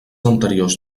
anteriors